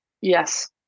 Yes